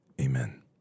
amen